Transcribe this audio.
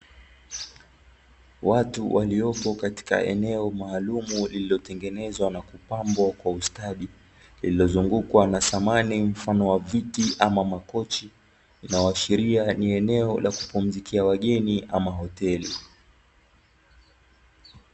Watu waliopo katika eneo maalumu lililotengenezwa na kupambwa kwa ustadi, lililozungukwa na samani mfano wa viti ama makochi. Inayoashiria ni eneo la kupumzikia wageni ama hoteli.